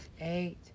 eight